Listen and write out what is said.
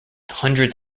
hundreds